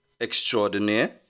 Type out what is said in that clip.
extraordinaire